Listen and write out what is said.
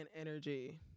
energy